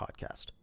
podcast